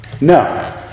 No